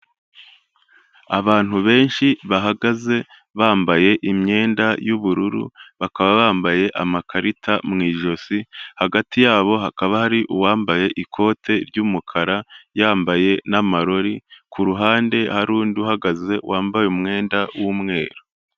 Abantu benshi bahagaze bambaye imyenda y'ubururu, bakaba bambaye amakarita mu ijosi, hagati yabo hakaba hari uwambaye ikote ry'umukara, yambaye n'amarori, ku ruhande hari undi uhagaze wambaye umwenda w'umweru.